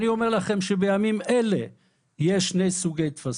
אני אומר לכם שבימים אלה יש שני סוגי טפסים.